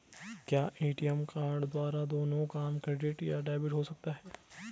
क्या ATM card द्वारा दोनों काम क्रेडिट या डेबिट हो सकता है?